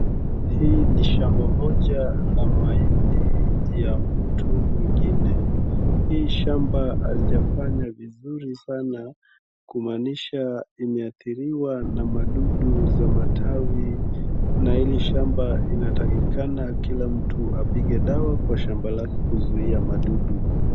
Hii ni ya shamba moja la mahindi ya mtu mwingine, hii shamba halijafanya vizuri sana kumaanisha imeadhiriwa na madudu za matawi na hii shamba inatakikana kila mtu apige dawa kwa shamba lake kuzuia madudu.